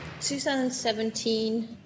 2017